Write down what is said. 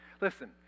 Listen